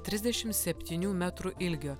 trisdešimt septynių metrų ilgio